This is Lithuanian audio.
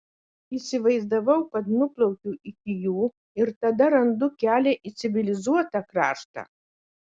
įsivaizdavau kad nuplaukiu iki jų ir tada randu kelią į civilizuotą kraštą